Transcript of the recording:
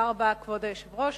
כבוד היושב-ראש,